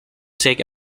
take